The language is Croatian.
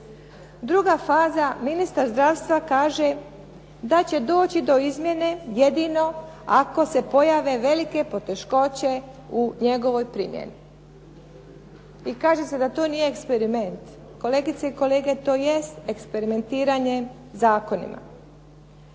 Druga faza. Ministar zdravstva kaže da će doći do izmjene jedino ako se pojave velike poteškoće u njegovoj primjeni. I kaže se da to nije eksperiment. Kolegice i kolege, to jest eksperimentiranje zakonima.